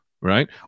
right